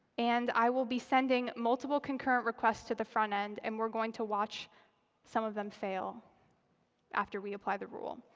and i will be sending multiple concurrent requests to the front end. and we're going to watch some of them fail after we apply the rule.